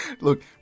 Look